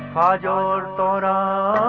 ah da ah da da